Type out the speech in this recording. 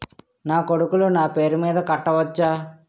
నా కొడుకులు నా పేరి మీద కట్ట వచ్చా?